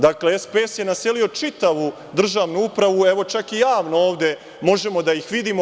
Dakle, SPS je naselio čitavu državnu upravu, evo čak i javno ovde možemo da ih vidimo.